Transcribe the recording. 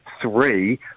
three